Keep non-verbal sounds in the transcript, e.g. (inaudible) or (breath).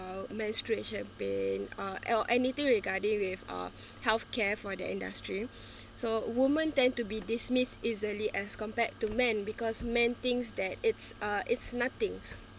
menstruation pain or else anything regarding with our health care for their industry (breath) so women tend to be dismissed easily as compared to men because men thinks that it's uh it's nothing